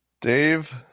Dave